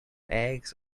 eggs